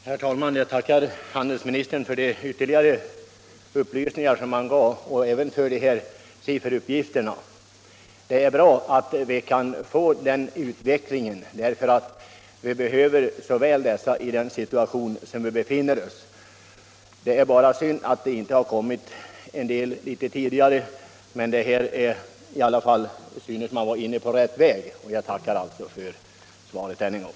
Herr talman! Jag tackar handelsministern för de ytterligare upplysningar som han gav och även för sifferuppgifterna. Det är bra om vi kan få denna utveckling. Vi behöver så väl detta stöd i den situation som vi befinner oss i. Det är bara synd att det inte kommit starkare åtgärder tidigare, men det synes nu som om man var inne på rätt väg. Jag tackar för svaret än en gång.